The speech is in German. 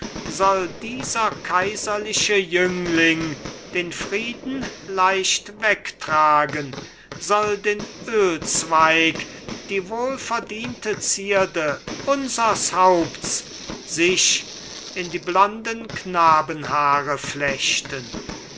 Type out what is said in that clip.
soll dieser kaiserliche jüngling den frieden leicht wegtragen soll den ölzweig die wohlverdiente zierde unsers haupts sich in die blonden